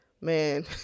Man